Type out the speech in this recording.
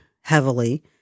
heavily